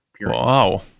wow